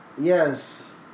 Yes